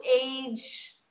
age